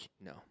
No